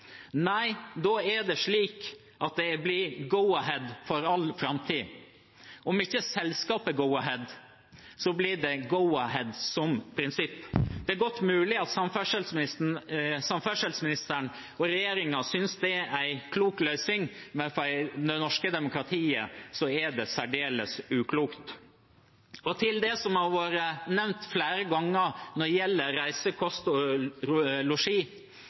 Nei, da er det slik at det blir «go ahead» for all framtid – om ikke selskapet Go-Ahead, så blir det «go ahead» som prinsipp. Det er godt mulig at samferdselsministeren og regjeringen synes det er en klok løsning, men for det norske demokratiet er det særdeles uklokt. Til det som har vært nevnt flere ganger når det gjelder reise, kost og losji: